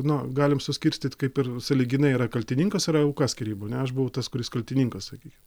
na galim suskirstyt kaip ir sąlyginai yra kaltininkas yra auka skyrybų ne aš buvau tas kuris kaltininkas sakykim